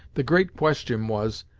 the great question was,